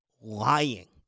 lying